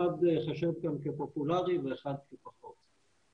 אחד ייחשב כאן כפופולרי ואחד כפחות,